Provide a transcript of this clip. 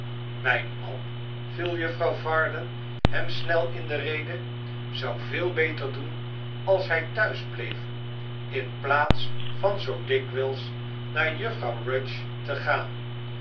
mijn man viel juffrouw varden hem snel in de rede zou veel beter doen als hij thuis bleef in plaats van zoo dikwijls naar juffrouw rudge te gaan